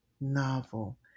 novel